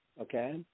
okay